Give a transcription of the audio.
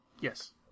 Yes